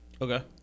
Okay